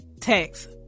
text